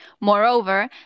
Moreover